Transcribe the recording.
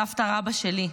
סבתא-רבתא שלי.